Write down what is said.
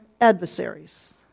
adversaries